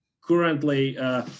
currently